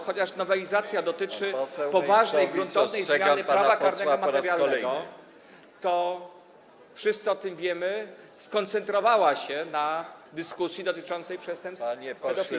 Chociaż nowelizacja dotyczy poważnej, gruntownej zmiany prawa karnego materialnego, to wszyscy o tym wiemy, że skoncentrowała się na dyskusji dotyczącej przestępstw pedofilskich.